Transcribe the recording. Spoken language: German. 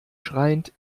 schreiend